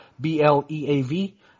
B-L-E-A-V